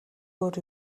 өөр